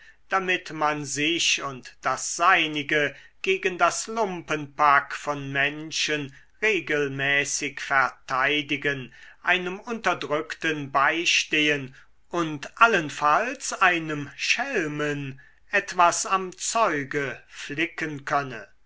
damit man sich und das seinige gegen das lumpenpack von menschen regelmäßig verteidigen einem unterdrückten beistehen und allenfalls einem schelmen etwas am zeuge flicken könne